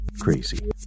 crazy